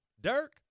Dirk